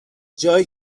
جایی